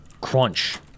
crunch